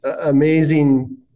amazing